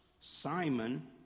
Simon